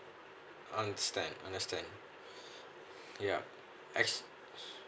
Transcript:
understand understand yup actu~